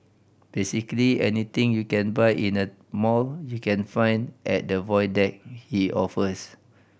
basically anything you can buy in a mall you can find at the Void Deck he offers